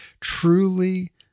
truly